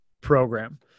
program